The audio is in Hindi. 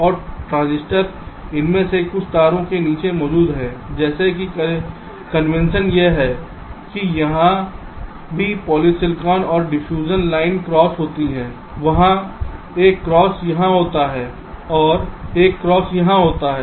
और ट्रांजिस्टर इनमें से कुछ तारों के नीचे मौजूद हैं जैसे कि कन्वेंशन यह है कि जहाँ भी पॉलीसिलिकॉन और डिफ्यूज़न लाइन क्रॉस होती है वहाँ एक क्रॉस यहाँ होता है और यहाँ एक और क्रॉस होता है